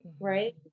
right